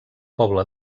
poble